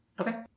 Okay